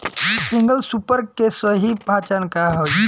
Single super के सही पहचान का हई?